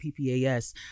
PPAS